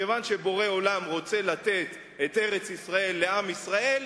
כיוון שבורא עולם רוצה לתת את ארץ-ישראל לעם ישראל,